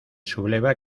subleva